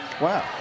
Wow